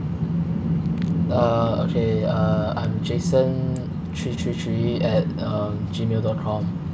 uh okay uh I'm jason three three three at um Gmail dot com